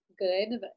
good